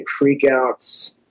freakouts